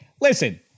listen